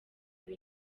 ibi